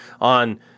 on